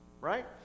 Right